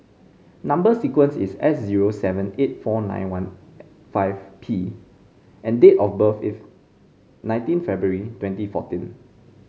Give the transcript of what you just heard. number sequence is S zero seven eight four nine one five P and date of birth is nineteen February twenty fourteen